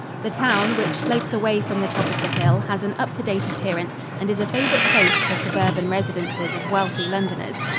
the town, which slopes away from the top of the hill, has an up-to-date appearance and is a favorite place for suburban residences of wealthy londoners.